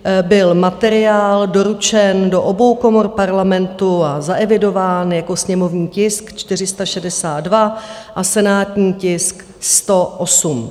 2. června 2023 byl materiál doručen do obou komor Parlamentu a zaevidován jako sněmovní tisk 462 a senátní tisk 108.